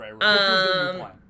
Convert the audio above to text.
right